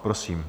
Prosím.